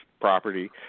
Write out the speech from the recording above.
property